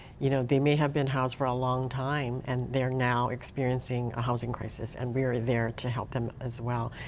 you know they may have been housed for a long time. and they're now experiencing housing crisis and we're there to help them as well.